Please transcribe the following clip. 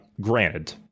granted